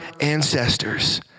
ancestors